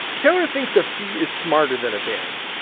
taylor thinks a fee is smarter than a ban.